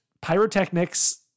pyrotechnics